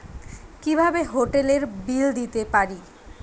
কিভাবে হোটেলের বিল দিতে পারি?